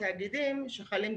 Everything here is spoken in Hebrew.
התעוררתי הבוקר והחלטתי שאני רוצה